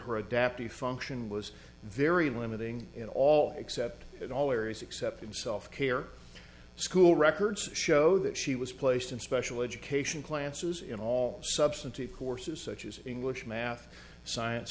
her adaptive function was very limiting in all except in all areas except in self care school records show that she was placed in special education classes in all substantive courses such as english math science